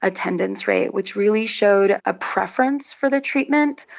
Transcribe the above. attendance rate, which really showed a preference for the treatment.